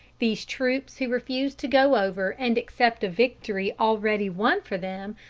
these troops who refused to go over and accept a victory already won for them,